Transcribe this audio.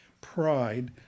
pride